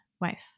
wife